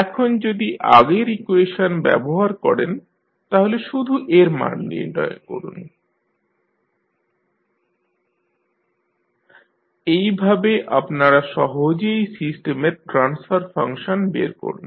এখন যদি আগের ইকুয়েশন ব্যবহার করেন তাহলে শুধু এর মান নির্ণয় করুন HQiR1sRC এইভাবে আপনারা সহজেই সিস্টেমের ট্রান্সফার ফাংশান বের করুন